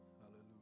Hallelujah